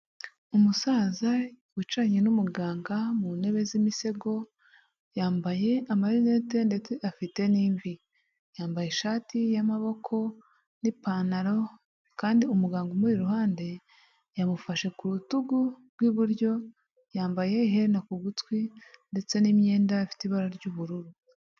Umusaza wicaranye n'umuganga mu ntebe z'imisego, yambaye amarinete ndetse afite n'imvi, yambaye ishati y'amaboko n'ipantaro kandi umuganga umuri iruhande yamufashe ku rutugu rw'iburyo, yambaye iherena ku gutwi ndetse n'imyenda ifite ibara ry'ubururu.